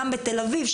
גם בתל אביב,